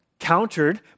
countered